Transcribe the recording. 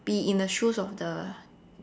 be in a shoes of the